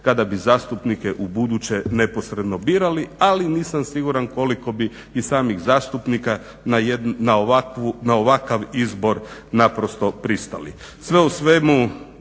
kada bi zastupnike ubuduće neposredno birali. Ali nisam siguran koliko bi i samih zastupnika na ovakav izbor naprosto pristali. Sve u svemu